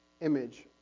image